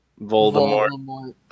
Voldemort